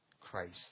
Christ